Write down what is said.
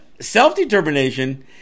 self-determination